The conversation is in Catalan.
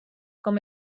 com